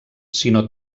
sinó